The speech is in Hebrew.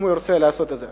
אם הוא ירצה לעשות את זה,